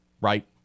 right